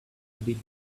been